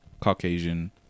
Caucasian